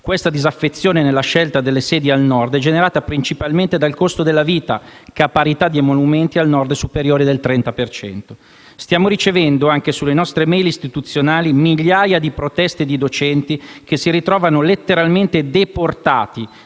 Questa disaffezione nella scelta delle sedi al Nord è generata principalmente dal costo della vita che, a parità di emolumenti, al Nord è superiore del 30 per cento. Stiamo ricevendo, anche sulle nostre *mail* istituzionali, migliaia di proteste da parte di docenti, che si ritrovano letteralmente deportati